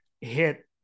hit